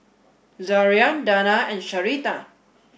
Zaria Danna and Sharita